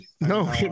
no